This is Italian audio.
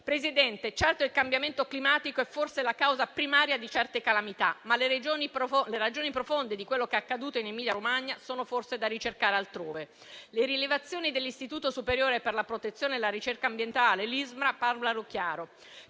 Presidente, il cambiamento climatico è forse la causa primaria di certe calamità, ma le ragioni profonde di quello che è accaduto in Emilia Romagna sono forse da ricercare altrove. Le rilevazioni dell'Istituto superiore per la protezione e la ricerca ambientale (ISPRA) parlano chiaro.